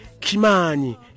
Kimani